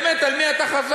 באמת, על מי אתה חזק?